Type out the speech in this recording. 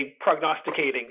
prognosticating